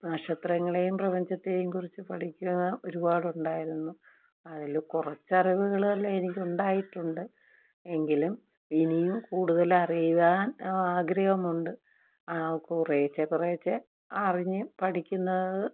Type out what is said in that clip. നക്ഷത്രങ്ങളെയും പ്രപഞ്ചത്തെയും കുറിച്ച് പഠിക്കുന്ന ഒരുപാടുണ്ടായിരുന്നു അതിൽ കുറച്ച് അറിവുകളെല്ലാം എനിക്ക് ഉണ്ടായിട്ടുണ്ട് എങ്കിലും ഇനിയും കൂടുതൽ അറിയുവാൻ ആ ആഗ്രഹമുണ്ട് ആ കുറേശ്ശെ കുറേശ്ശെ അറിഞ്ഞ് പഠിക്കുന്നത്